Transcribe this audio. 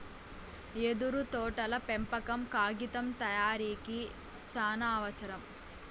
యెదురు తోటల పెంపకం కాగితం తయారీకి సానావసరం